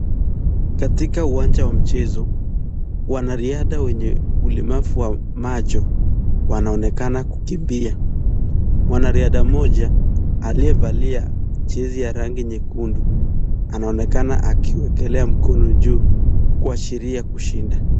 Katika uwanja wa mchezo, wanariadha wenye ulemavu wa macho, wanaonekana kukimbia. Mwanariadha mmoja aliyevalia jezi ya rangi nyekundu, anaonekana akiwekelea mkono juu kuashiria kushinda.